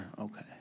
Okay